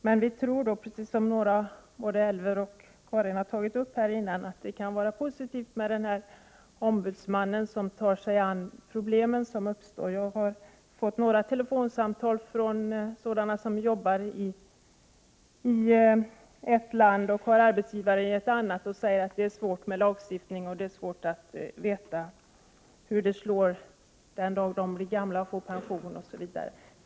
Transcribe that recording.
Men vi tror, precis som Elver Jonsson och Karin Söder nämnde, att det kan vara positivt med en ombudsman som tar sig an de problem som uppstår. Jag har fått några telefonsamtal från människor som arbetar i ett land och har sin arbetsgivare i ett annat. De säger att lagstiftningen är svår att förstå, och att det är svårt att veta hur det blir den dag de blir gamla och får pension.